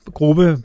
gruppe